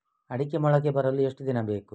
ಅಡಿಕೆ ಮೊಳಕೆ ಬರಲು ಎಷ್ಟು ದಿನ ಬೇಕು?